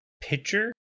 pitcher